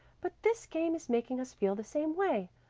but this game is making us feel the same way.